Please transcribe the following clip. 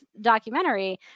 documentary